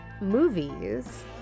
movies